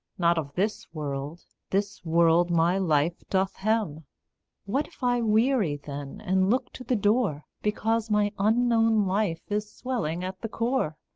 not of this world, this world my life doth hem what if i weary, then, and look to the door, because my unknown life is swelling at the core?